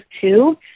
two